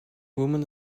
woman